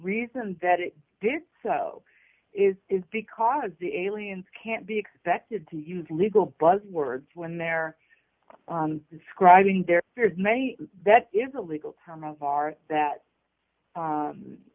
reason that it did so is is because the aliens can't be expected to use legal buzzwords when they're describing their peers maybe that is a legal term of art that